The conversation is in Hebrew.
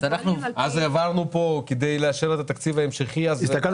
אז העברנו פה כדי לאשר את התקציב ההמשכי --- הסתכלנו